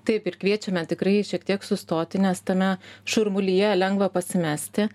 taip ir kviečiame tikrai šiek tiek sustoti nes tame šurmulyje lengva pasimesti